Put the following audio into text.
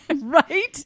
Right